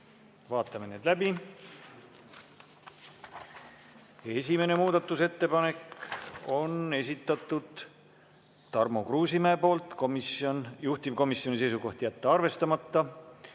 Vaatame need läbi. Esimene muudatusettepanek on Tarmo Kruusimäe esitatud. Juhtivkomisjoni seisukoht: jätta arvestamata.